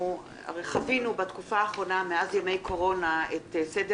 חווינו בתקופה האחרונה מאז ימי קורונה את סדר